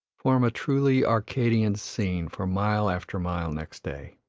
form a truly arcadian scene for mile after mile next day.